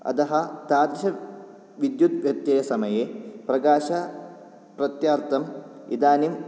अतः तादृशविद्युत्व्यत्ययसमये प्रकाशप्रत्यार्थम् इदानीं